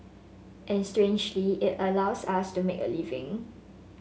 and strangely it allows us to make a living